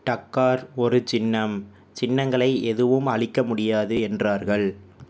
Dakar ஒரு சின்னம் சின்னங்களை எதுவும் அழிக்க முடியாது என்றார்கள்